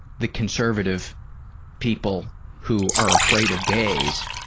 the conservative people who are afraid of gays,